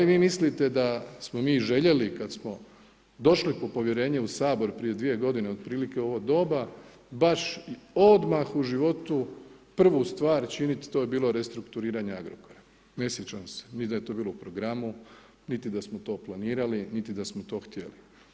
Da li vi mislite da smo mi željeli kada smo došli po povjerenje u Sabor prije 2 godine otprilike u ovo doba baš odmah u životu prvu stvar činiti, to je bilo restrukturiranje Agrokora, ne sjećam se, niti da je to bilo u programu, niti da smo to planirali, niti da smo to htjeli.